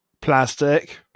plastic